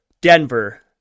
Denver